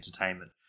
Entertainment